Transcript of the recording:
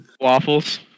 waffles